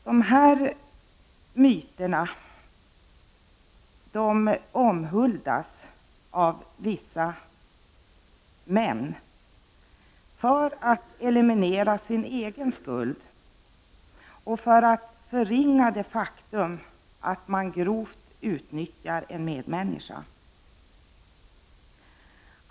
Dessa myter omhuldas av vissa män för att eliminera sin egen skuld och för att förringa det faktum att man grovt utnyttjar en medmänniska.